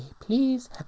please